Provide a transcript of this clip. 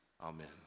Amen